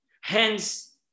Hence